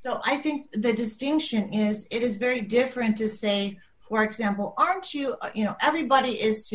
so i think the distinction is it is very different to say for example aren't you you know everybody is